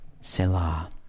Selah